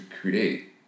create